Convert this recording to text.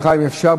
סליחה, אם אפשר.